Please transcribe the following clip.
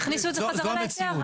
תכניסו את זה חזרה להיתר.